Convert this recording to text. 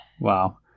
Wow